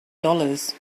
dollars